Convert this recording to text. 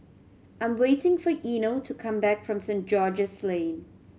I'm waiting for Eino to come back from Saint George's Lane